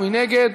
מי נגד?